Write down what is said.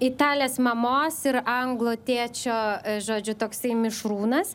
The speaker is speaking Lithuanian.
italės mamos ir anglo tėčio žodžiu toksai mišrūnas